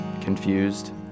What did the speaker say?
confused